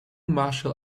martial